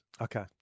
Okay